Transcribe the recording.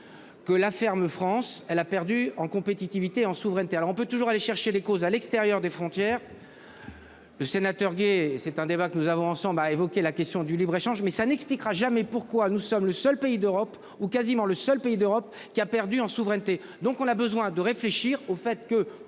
Que la ferme France. Elle a perdu en compétitivité en souveraineté. Alors on peut toujours aller chercher les causes à l'extérieur des frontières. Le sénateur. C'est un débat que nous avons ensemble à évoquer la question du libre-échange mais ça n'expliquera jamais pourquoi nous sommes le seul pays d'Europe où quasiment le seul pays d'Europe qui a perdu en souveraineté. Donc on a besoin de réfléchir au fait que pourquoi